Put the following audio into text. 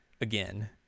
again